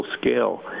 scale